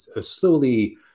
slowly